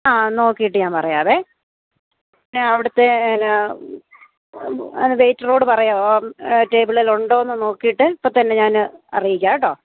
ആ നോക്കിയിട്ട് ഞാൻ പറയാവേ പിന്നെ അവിടുത്തെ എന്നാൽ വെയ്റ്ററോട് പറയാവോ ടേബിളിൽ ഉണ്ടോ എന്ന് നോക്കിയിട്ട് ഇപ്പോൾ തന്നെ ഞാൻ അറിയിക്കാം കേട്ടോ